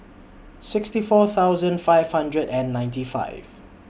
sixty four thousand five hundred and ninety five